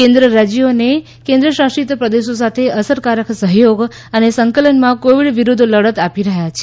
કેન્દ્ર રાજ્યો અને કેન્દ્રશાસિત પ્રદેશો સાથે અસરકારક સહયોગ અને સંકલનમાં કોવિડ વિરુદ્ધ લડત આપી રહ્યા છે